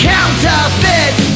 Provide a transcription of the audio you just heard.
Counterfeit